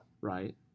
right